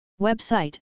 Website